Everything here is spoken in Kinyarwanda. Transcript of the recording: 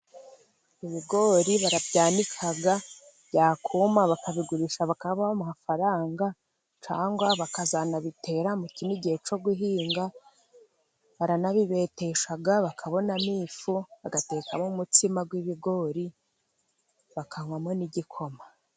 Ibigori barabyanika byakuma bakabigurisha bakabaha amafaranga, cyangwa bakazanabitera mu kindi gihe cyo guhinga, baranabibetesha bakabonamo ifu bagatekamo umutsima w'ibigori bakanywamo n'igikoma.